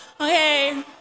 Okay